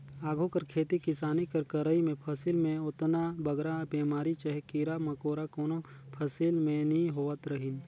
आघु कर खेती किसानी कर करई में फसिल में ओतना बगरा बेमारी चहे कीरा मकोरा कोनो फसिल में नी होवत रहिन